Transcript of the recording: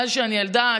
מאז שאני ילדה,